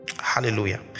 hallelujah